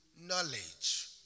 knowledge